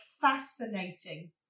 fascinating